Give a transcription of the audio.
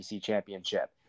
championship